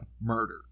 murder